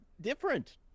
Different